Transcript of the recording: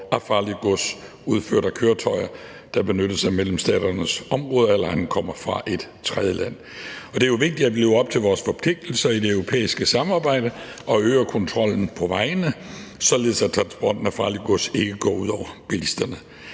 af farligt gods udført af køretøjer, der benyttes på medlemsstaternes område eller ankommer fra et tredjeland. Det er jo vigtigt, at vi lever op til vores forpligtelser i det europæiske samarbejde og øger kontrollen på vejene, således at transporten af farligt gods ikke går ud over bilisterne.